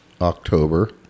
October